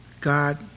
God